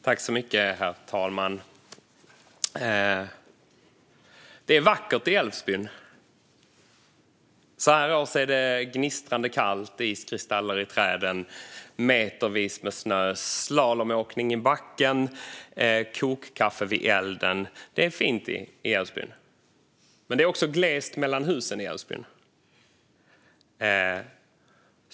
Herr talman! Det är vackert i Älvsbyn. Så här års är det gnistrande kallt med iskristaller i träden, metervis med snö, slalomåkning i backen och kokkaffe vid elden. Det är fint i Älvsbyn. Men det är också glest mellan husen i Älvsbyn.